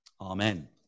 Amen